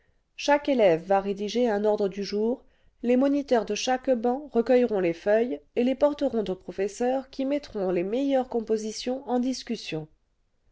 chaque élève va rédiger un ordre du jour les moniteurs de chaque banc recueilleront les feuilles et les porteront aux professeurs qui mettront les meilleures compositions en discussion